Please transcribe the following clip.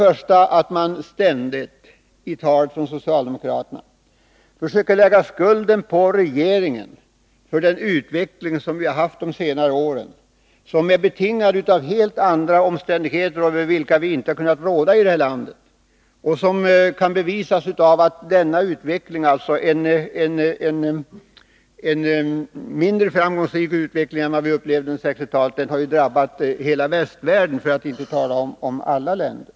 För det första försöker socialdemokraterna ständigt lägga skulden på regeringen för den utveckling som vi har drabbats av under senare år och som helt är betingad av omständigheter över vilka inte har kunnat råda i vårt land. Detta bevisas av att en mindre framgångsrik utveckling än vad man upplevde under 1960-talet har drabbat hela västvärlden, för att inte säga de allra flesta länder.